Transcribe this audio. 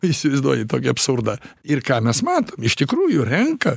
įsivaizduoji tokį absurdą ir ką mes matom iš tikrųjų renka